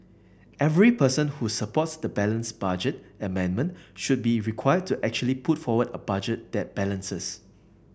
every person who supports the balanced budget amendment should be required to actually put forward a budget that balances